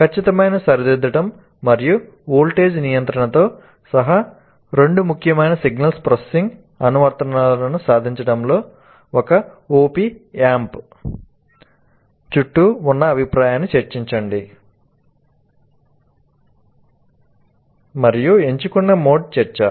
'ఖచ్చితమైన సరిదిద్దడం మరియు వోల్టేజ్ నియంత్రణతో సహా రెండు ముఖ్యమైన సిగ్నల్ ప్రాసెసింగ్ అనువర్తనాలను సాధించడంలో ఒక Op Amp చుట్టూ ఉన్న అభిప్రాయాన్ని చర్చించండి' మరియు ఎంచుకున్న మోడ్ చర్చ